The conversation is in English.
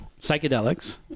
psychedelics